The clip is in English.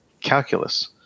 calculus